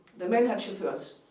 the men had chauffeurs.